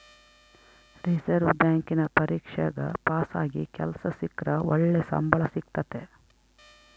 reserve ಬ್ಯಾಂಕಿನ ಪರೀಕ್ಷೆಗ ಪಾಸಾಗಿ ಕೆಲ್ಸ ಸಿಕ್ರ ಒಳ್ಳೆ ಸಂಬಳ ಸಿಕ್ತತತೆ